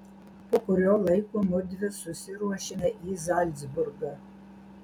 po kurio laiko mudvi susiruošėme į zalcburgą